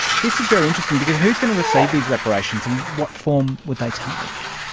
this is very interesting, because who's going to receive these reparations and what form would they take?